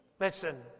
Listen